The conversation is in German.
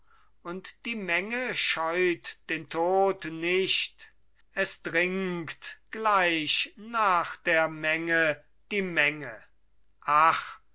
und die menge scheut den tod nicht es dringt gleich nach der menge die menge ach